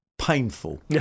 painful